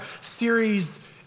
series